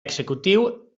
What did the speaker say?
executiu